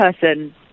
person